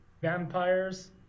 Vampires